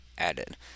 Added